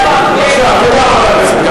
למה לא העברתם?